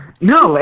No